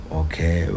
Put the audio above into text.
okay